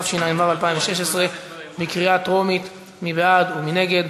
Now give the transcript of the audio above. התשע"ו 2016. מי בעד ומי נגד?